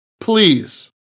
please